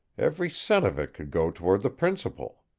every cent of it could go toward the principal.